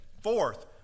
Fourth